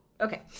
Okay